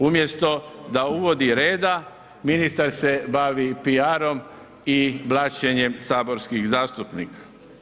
Umjesto da uvodi reda, ministar se bavi PR-om i blaćenjem saborskih zastupnika.